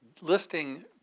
listing